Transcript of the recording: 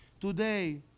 Today